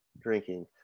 drinking